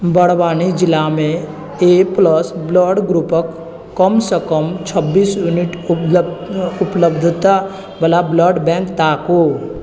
बड़वानी जिलामे A plus blood ग्रुपक कमसँ कम छब्बीस यूनिट उपलब्धतावला ब्लड बैंक ताकू